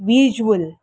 visual